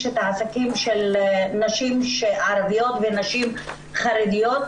את העסקים של נשים ערביות ונשים חרדיות.